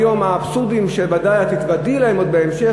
האבסורדים שאת ודאי תתוודעי אליהם עוד בהמשך,